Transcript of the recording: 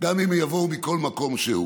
גם אם יבואו מכל מקום שהוא.